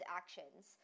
actions